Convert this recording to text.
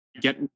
get